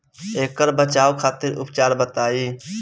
ऐकर बचाव खातिर उपचार बताई?